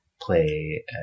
play